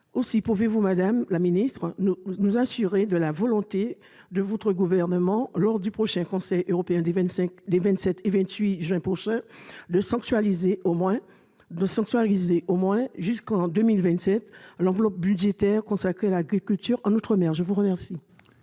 Aussi, pouvez-vous, madame la ministre, nous assurer de la volonté de votre gouvernement, lors du Conseil européen des 28 et 29 juin prochains, de sanctuariser, au moins jusqu'en 2027, l'enveloppe budgétaire consacrée à l'agriculture en outre-mer ? La parole